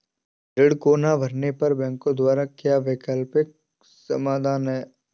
ऋण को ना भरने पर बैंकों द्वारा क्या वैकल्पिक समाधान हैं?